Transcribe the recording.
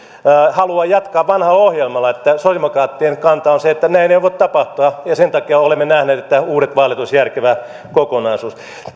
haluaa jatkaa vanhalla ohjelmalla että sosiaalidemokraattien kanta on se että näin ei voi tapahtua sen takia olemme nähneet että uudet vaalit olisi järkevä kokonaisuus